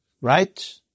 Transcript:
Right